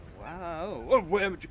wow